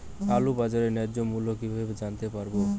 আলুর বাজার ন্যায্য মূল্য কিভাবে জানতে পারবো?